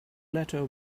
letter